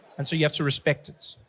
and so, you have to respect it.